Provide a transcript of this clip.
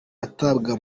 atabwa